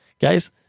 guys